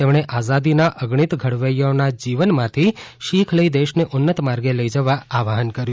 તેમણે આઝાદીના અગણિત ઘડવૈયાઓના જીવનમાંથી શીખ લઈ દેશને ઉન્નત માર્ગે લઈ જવા આહાન કર્યું